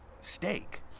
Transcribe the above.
steak